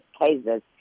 cases